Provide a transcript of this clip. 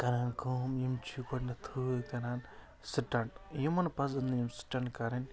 کَران کٲم یِم چھِ گۄڈٕنٮ۪تھٕے کَران سٕٹنٛٹ یِمَن پَزَن نہٕ یِم سٕٹنٛٹ کَرٕنۍ